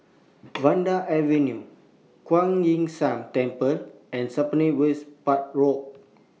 Vanda Avenue Kuan Yin San Temple and Spottiswoode Park Road